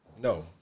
No